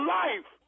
life